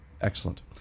Excellent